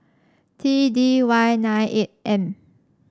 T D Y nine eight M